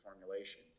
formulation